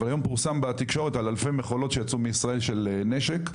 אבל היום פורסם בתקשורת על אלפי מכולות שיצאו מישראל של נשק,